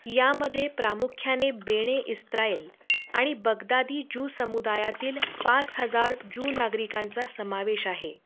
यामधे प्रामुख्याने बेणे इस्त्रायल आणि बगदादी जू समुदायातील पाच हजार जू नागरिकांचा समावेश आहे